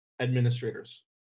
administrators